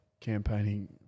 campaigning